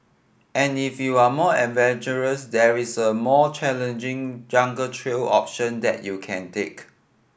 and if you're more adventurous there is a more challenging jungle trail option that you can take